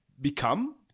become